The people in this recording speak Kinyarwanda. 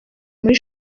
muri